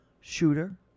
shooter